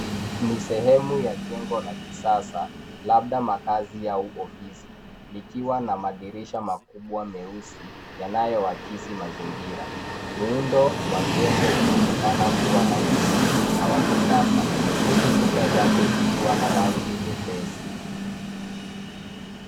Ni sehemu ya jengo la kisasa, labda makazi ya huko ofisi, likiwa na madirisha makubwa mweusi, yanayoakisi mazingira. Muundo wa jengo unaonekana kuwa rahisi na wa kisasa, huku kuta zake zikiwa na rangi nyepesi.